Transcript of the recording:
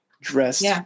dressed